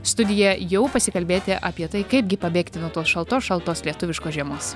studiją jau pasikalbėti apie tai kaipgi pabėgti nuo tos šaltos šaltos lietuviškos žiemos